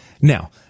Now